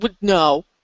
No